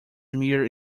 mere